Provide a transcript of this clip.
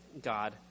God